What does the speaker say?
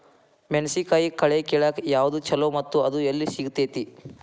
ಮೆಣಸಿನಕಾಯಿ ಕಳೆ ಕಿಳಾಕ್ ಯಾವ್ದು ಛಲೋ ಮತ್ತು ಅದು ಎಲ್ಲಿ ಸಿಗತೇತಿ?